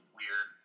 weird